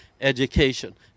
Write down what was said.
education